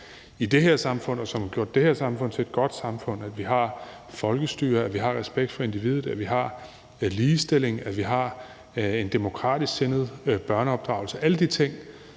i det her samfund, og som har gjort her samfund til et godt samfund – at vi har et folkestyre, at vi har respekt for individet, at vi har ligestilling, og at vi har en demokratisk sindet børneopdragelse – står